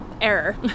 Error